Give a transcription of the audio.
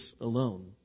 alone